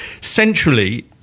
centrally